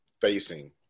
facing